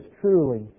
truly